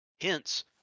Hence